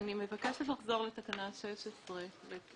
הוא אותו פיגום שכולל עכשיו גם פיגום זקפים שגובהו עולה על 30 מטרים.